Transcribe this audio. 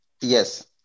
Yes